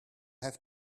have